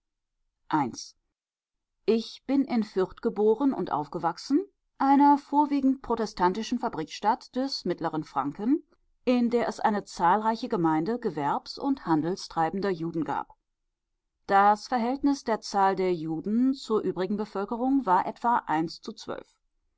ich bin in fürth geboren und aufgewachsen einer vorwiegend protestantischen fabrikstadt des mittleren franken in der es eine zahlreiche gemeinde gewerbs und handelstreibender juden gab das verhältnis der zahl der juden zur übrigen bevölkerung war etwa